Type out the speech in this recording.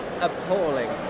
appalling